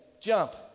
jump